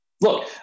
look